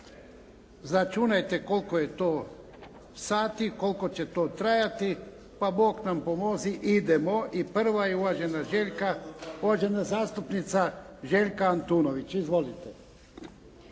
Izračunajte koliko je to sati, koliko će to trajati, pa Bog nam pomozi idemo. Prva je uvažena Željka uvažena zastupnica, Željka Antunović. Izvolite.